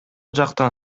жактан